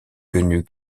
quenu